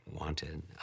wanted